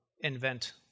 invent